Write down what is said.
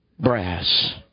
Brass